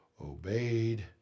obeyed